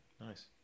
nice